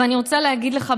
ואני רוצה להגיד לך,